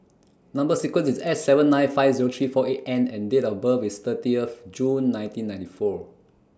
Number sequence IS S seven nine five three four eight N and Date of birth IS thirty of June nineteen ninety four